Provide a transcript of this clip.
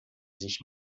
sich